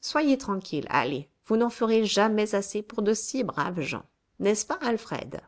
soyez tranquille allez vous n'en ferez jamais assez pour de si braves gens n'est-ce pas alfred